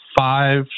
Five